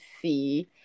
see